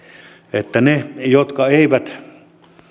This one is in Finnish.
että heille jotka eivät